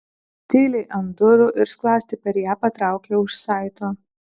tyliai ant durų ir skląstį per ją patraukė už saito